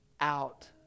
out